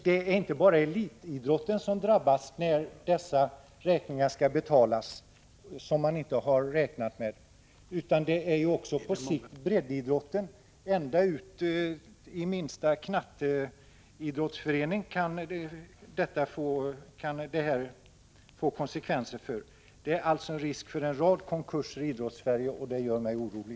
Det är inte bara elitidrotten som drabbas när dessa räkningar, som man inte har varit förberedd på, skall betalas, utan det kan också på sikt få konsekvenser för breddidrotten, ända ut i minsta knatteidrottsförening. Det är alltså risk för en rad konkurser i Idrottssverige, och det gör mig orolig.